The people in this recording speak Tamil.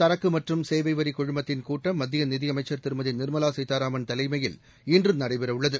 சரக்குமற்றும் சேவைவரிகுழுமத்தின் கூட்டம் மத்தியநிதியமைச்சர் திருமதிநிர்மலாசீதாராமன் தலைமையில் இன்றுநடைபெறவுள்ளது